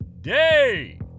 day